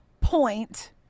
point